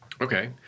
Okay